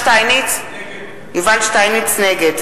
שטייניץ, נגד